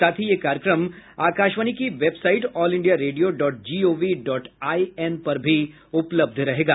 साथ ही ये कार्यक्रम आकाशवाणी की website all India radio dot gov dot I N पर भी उपलब्ध रहेगा